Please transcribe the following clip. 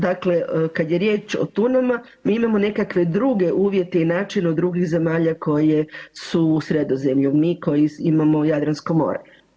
Dakle, kada je riječ o tunama mi imamo nekakve druge uvjete i načine od drugih zemalja koje su u Sredozemlju, mi koji imamo Jadransko more.